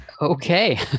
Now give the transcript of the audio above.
Okay